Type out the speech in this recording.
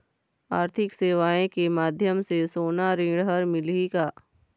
आरथिक सेवाएँ के माध्यम से सोना ऋण हर मिलही का?